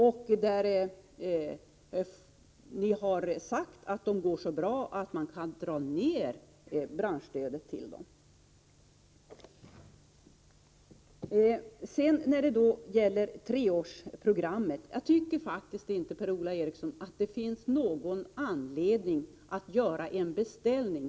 Ni har själva sagt att de går så bra att man kan dra ned branschstödet till dem. När det gäller treårsprogrammet tycker jag faktiskt, Per-Ola Eriksson, att det inte finns någon anledning att göra en beställning.